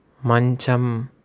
మంచం